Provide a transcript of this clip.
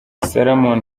salomon